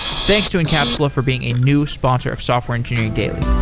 thanks to incapsula for being a new sponsor of software engineering daily